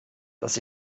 dass